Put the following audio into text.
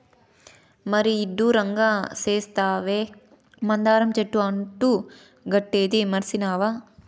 మరీ ఇడ్డూరంగా సెప్తావే, మందార చెట్టు అంటు కట్టేదీ మర్సినావా